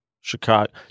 Chicago